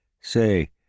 Say